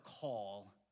call